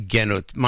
Genut